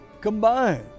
combined